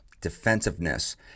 defensiveness